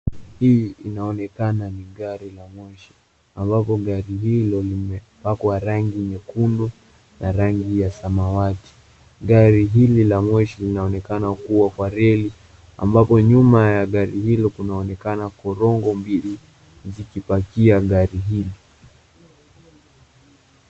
Hili linaonekana ni gari la moshi ambapo gari hilo limepakwa rangi nyekundu na rangi ya samawati. Gari hill la moshi linaonekana kuwa kwa reli ambapo nyuma ya gari hilo kunaonekana korongo mbili zikipakia gari hili.